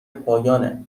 پایانه